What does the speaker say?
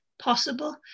possible